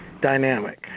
dynamic